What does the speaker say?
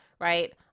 right